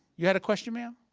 you had a question, ma'am?